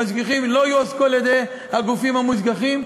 המשגיחים לא יועסקו על-ידי הגופים המושגחים,